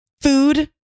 Food